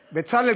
בצלאל,